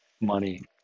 money